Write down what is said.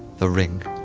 the ring